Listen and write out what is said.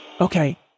Okay